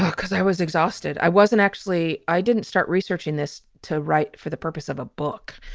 because i was exhausted i wasn't actually. i didn't start researching this to write for the purpose of a book.